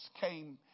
came